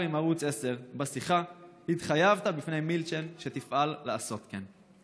עם ערוץ 10. בשיחה התחייבת בפני מילצ'ן שתפעל לעשות כן".